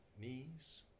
knees